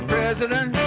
President